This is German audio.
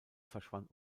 verschwand